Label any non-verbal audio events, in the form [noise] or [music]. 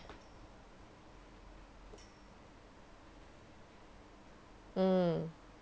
[noise]